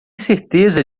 certeza